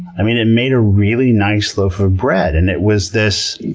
it made a really nice loaf of bread. and it was this